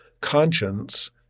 conscience